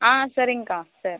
ஆ சரிங்கக்கா சரி